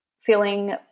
feeling